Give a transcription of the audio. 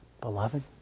Beloved